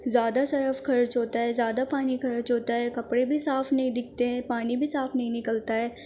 زیادہ سرف خرچ ہوتا ہے زیادہ پانی خرچ ہوتا ہے کپڑے بھی صاف نہیں دکھتے ہیں پانی بھی صاف نہیں نکلتا ہے